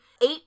eight